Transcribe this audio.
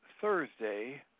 Thursday